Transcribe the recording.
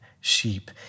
sheep